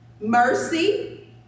mercy